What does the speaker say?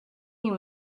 you